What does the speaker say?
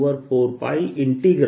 r r